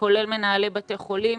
כולל מנהלי בתי חולים,